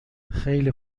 خیلی